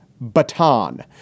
baton